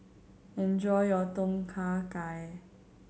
enjoy your Tom Kha Gai